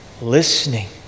listening